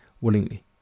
willingly